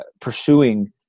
pursuing